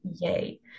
yay